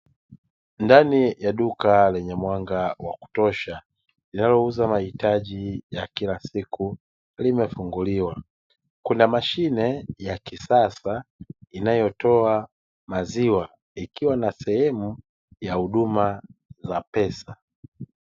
Ndani ya duka lenye mwanga wa kutosha linalouza mahitaji ya kila siku, limefunguliwa. Kuna mashine ya kisasa inayotoa maziwa ikiwa na sehemu ya huduma za pesa.